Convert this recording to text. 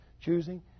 choosing